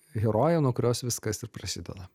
herojė nuo kurios viskas ir prasideda